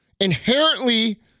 inherently